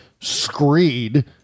screed